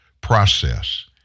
process